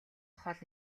хол